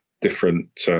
different